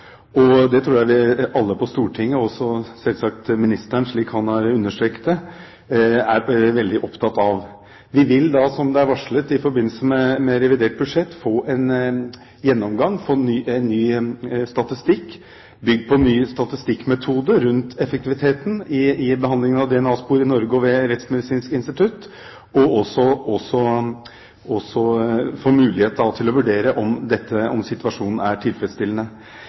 og det tror jeg alle på Stortinget – og også ministeren, slik han understreket – er veldig opptatt av. Vi vil, som det er varslet i forbindelse med revidert budsjett, få en ny statistikk bygd på ny statistikkmetode om effektiviteten i behandlingen av DNA-spor i Norge, ved Rettsmedisinsk institutt, og også få mulighet til å vurdere om situasjonen er tilfredsstillende.